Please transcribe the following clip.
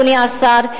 אדוני השר,